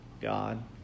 God